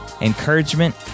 encouragement